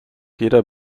jeder